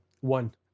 One